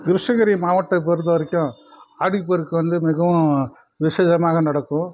கிருஷ்ணகிரி மாவட்டத்தை பொறுத்த வரைக்கும் ஆடி பெருக்கு வந்து மிகவும் விஷேகரமாக நடக்கும்